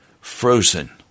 frozen